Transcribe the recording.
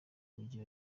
mujyi